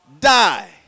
Die